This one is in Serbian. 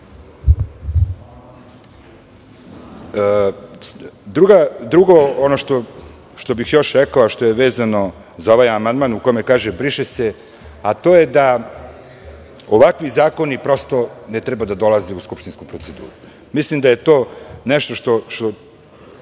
govori. Drugo što bih još rekao a što je vezano za ovaj amandman u kome se kaže –briše se, to je da ovakvi zakoni prosto ne treba da dolaze u skupštinsku proceduru. Mislim da je to nešto što